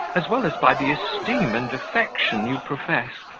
as well as by the esteem and affection you profess,